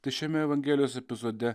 tai šiame evangelijos epizode